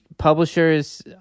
Publishers